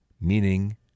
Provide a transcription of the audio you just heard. meaning